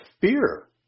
fear